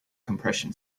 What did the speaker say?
compression